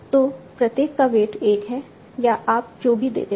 तो प्रत्येक का वेट 1 है या आप जो भी देते हैं